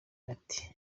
ati